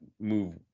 move